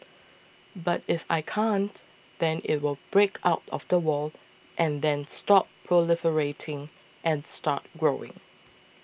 but if I can't then it will break out of the wall and then stop proliferating and start growing